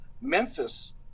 Memphis